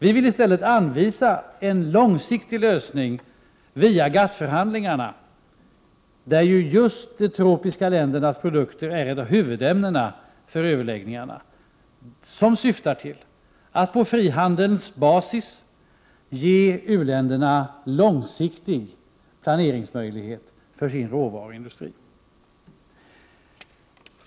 Vi vill i stället anvisa en långsiktig lösning via GATT-förhandlingarna, där just de tropiska ländernas produkter är ett av huvudämnena för överläggningarna, som syftar till att på frihandelns basis ge u-länderna möjligheter till långsiktig planering för sina råvaruindustrier.